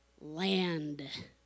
land